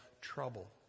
trouble